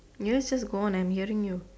yes just go on I'm hearing you